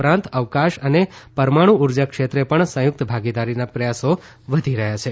ઉપરાંત અવકાશ અને પરમાણુ ઉર્જા ક્ષેત્રે પણ સંયુકત ભાગીદારીના પ્રયાસો વધી રહયાં છે